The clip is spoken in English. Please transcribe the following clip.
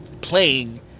playing